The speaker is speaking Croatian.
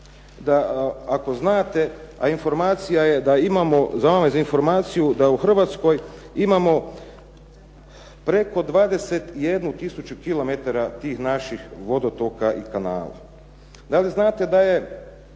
da ako znate, a informacija je da imamo informaciju da u Hrvatskoj imamo preko 21 tisuću kilometara tih naših vodotoka i kanala. Da li znate da je